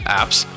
apps